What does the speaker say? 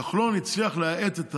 כחלון הצליח להאט את העלייה,